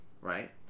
right